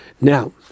Now